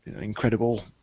incredible